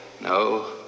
no